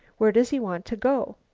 where does he want to go?